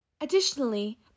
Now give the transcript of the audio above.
Additionally